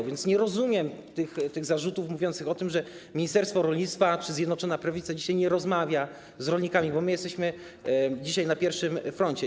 A więc nie rozumiem tych zarzutów mówiących o tym, że ministerstwo rolnictwa czy Zjednoczona Prawica dzisiaj nie rozmawia z rolnikami, bo my jesteśmy dzisiaj na pierwszym froncie.